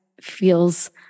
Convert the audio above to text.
feels